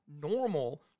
normal